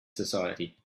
society